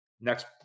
Next